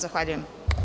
Zahvaljujem.